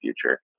future